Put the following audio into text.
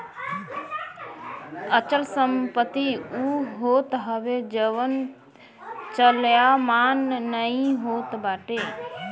अचल संपत्ति उ होत हवे जवन चलयमान नाइ होत बाटे